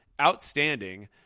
outstanding